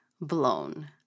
blown